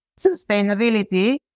sustainability